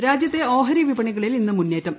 ഓഹരി രാജ്യത്തെ ഓഹരി വിപണികളിൽ ഇന്ന് മുന്നേറ്റം